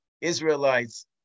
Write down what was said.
Israelites